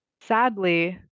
Sadly